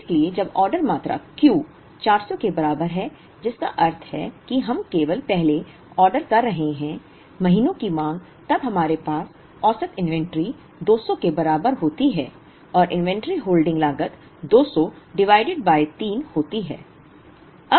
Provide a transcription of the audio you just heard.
इसलिए जब ऑर्डर मात्रा Q 400 के बराबर है जिसका अर्थ है कि हम केवल पहले ऑर्डर कर रहे हैं महीनों की मांग तब हमारे पास औसत इन्वेंट्री 200 के बराबर होती है और इन्वेंट्री होल्डिंग लागत 200 डिवाइडेड बाय 3 होती है